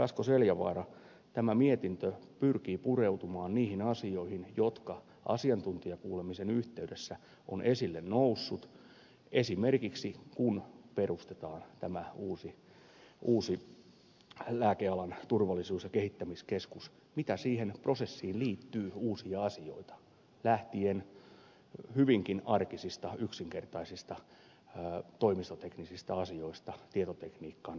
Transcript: asko seljavaara tämä mietintö pyrkii pureutumaan niihin asioihin jotka asiantuntijakuulemisen yhteydessä ovat esille nousseet esimerkiksi kun perustetaan tämä uusi lääkealan turvallisuus ja kehittämiskeskus mitä siihen prosessiin liittyy uusia asioita lähtien hyvinkin arkisista yksinkertaisista toimistoteknisistä asioista tietotekniikkaan ja niin edelleen